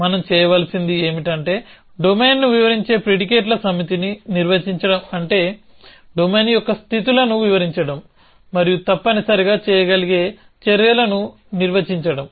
మనం చేయవలసింది ఏమిటంటే డొమైన్ను వివరించే ప్రిడికేట్ల సమితిని నిర్వచించడం అంటే డొమైన్ యొక్క స్థితులను వివరించడం మరియు తప్పనిసరిగా చేయగలిగే చర్యలను నిర్వచించడం